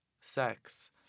sex